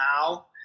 now